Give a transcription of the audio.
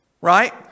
Right